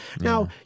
Now